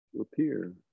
appear